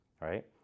right